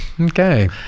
okay